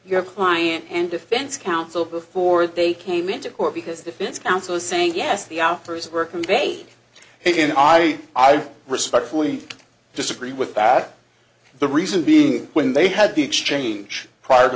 your client and defense counsel before they came into court because defense counsel is saying yes the opposite were conveyed and i i respectfully disagree with that the reason being when they had the exchange prior to